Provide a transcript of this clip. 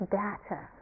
data